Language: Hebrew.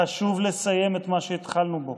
חשוב לסיים את מה שהתחלנו בו.